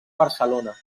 barcelona